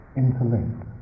interlinked